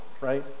right